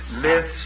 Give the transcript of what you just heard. Myths